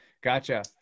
gotcha